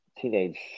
Teenage